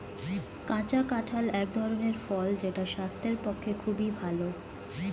কাঁচা কাঁঠাল এক ধরনের ফল যেটা স্বাস্থ্যের পক্ষে খুবই ভালো